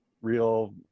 real